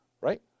right